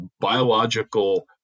biological